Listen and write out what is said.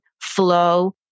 flow